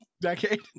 decade